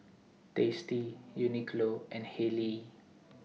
tasty Uniqlo and Haylee